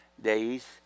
days